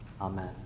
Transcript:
Amen